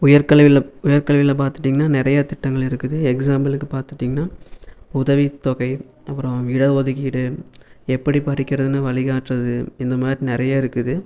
உயர்கல்வியில் உயர்கல்வியில் பார்த்துட்டீங்கன்னா நிறையா திட்டங்கள் இருக்குது எக்ஸ்சாம்புல்க்கு பார்த்துட்டீங்கன்னா உதவித்தொகை அப்புறம் இட ஒதுக்கீடு எப்படி படிக்கிறதுனு வழி காட்டுறது இந்த மாதிரி நிறைய இருக்குது